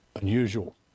unusual